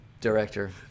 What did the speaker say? director